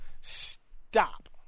stop